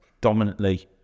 dominantly